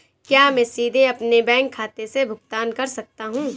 क्या मैं सीधे अपने बैंक खाते से भुगतान कर सकता हूं?